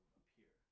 appear